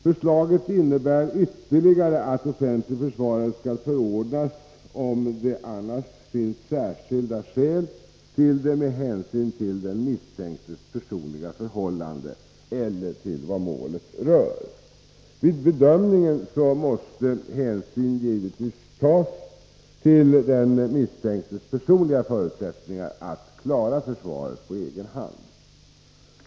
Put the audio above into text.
Förslaget innebär ytterligare att offentlig försvarare skall förordnas, om det annars finns särskilda skäl till det med hänsyn till den misstänktes personliga förhållanden eller till vad målet rör. Vid bedömningen måste hänsyn givetvis tas till den misstänktes personliga förutsättningar att klara försvaret på egen hand.